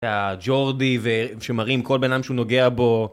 ג'ורדי ושמרים, כל בנאדם שהוא נוגע בו.